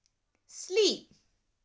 sleep